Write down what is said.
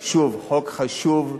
שוב, חוק חשוב,